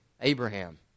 Abraham